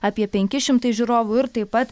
apie penki šimtai žiūrovų ir taip pat